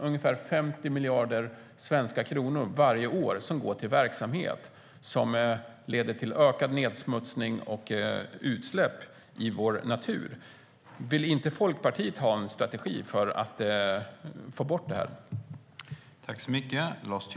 Ungefär 50 miljarder svenska kronor går varje år till verksamhet som leder till ökad nedsmutsning och utsläpp i vår natur. Vill inte Folkpartiet ha en strategi för att få bort det här?